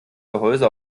gehäuse